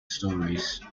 stories